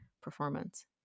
performance